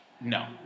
No